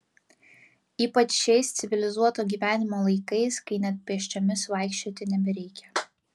ypač šiais civilizuoto gyvenimo laikais kai net pėsčiomis vaikščioti nebereikia